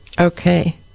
Okay